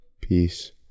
Peace